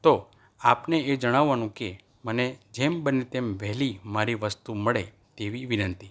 તો આપને એ જણાવવાનું કે મને જેમ બને તેમ વહેલી મારી વસ્તુ મળે તેવી વિનંતી